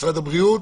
משרד הבריאות?